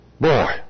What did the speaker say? Boy